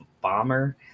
bomber